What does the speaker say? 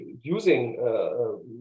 using